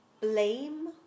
blame